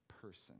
person